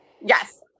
Yes